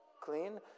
clean